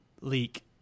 leak